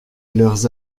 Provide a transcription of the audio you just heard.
leurs